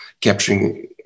capturing